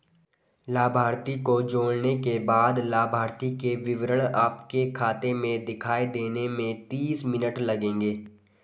लाभार्थी को जोड़ने के बाद लाभार्थी के विवरण आपके खाते में दिखाई देने में तीस मिनट लगेंगे